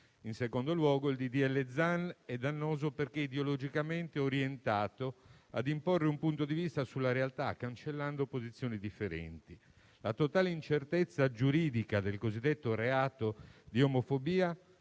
disegno di legge Zan è dannoso perché ideologicamente orientato ad imporre un punto di vista sulla realtà, cancellando posizioni differenti. La totale incertezza giuridica del cosiddetto reato di omofobia